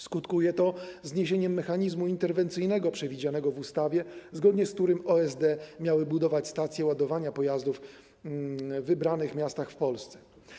Skutkuje to zniesieniem mechanizmu interwencyjnego przewidzianego w ustawie, zgodnie z którym OSD miały budować stacje ładowania pojazdów w wybranych miastach w Polsce.